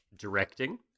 directing